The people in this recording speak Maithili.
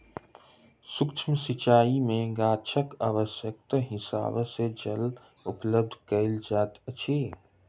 सुक्ष्म सिचाई में गाछक आवश्यकताक हिसाबें जल उपलब्ध कयल जाइत अछि